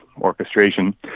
orchestration